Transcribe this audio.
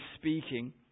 speaking